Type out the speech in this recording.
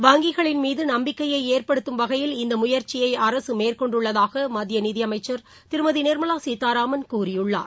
வங்கிகளின் நம்பிக்கையை ஏற்படுத்தம் வகையில் இந்த முயற்சியை மேற்கொண்டுள்ளதாக மத்திய நிதியமைச்சர் திருமதி நிர்மலா சீதாராமன் கூறியுள்ளார்